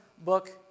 book